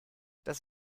das